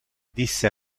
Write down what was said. disse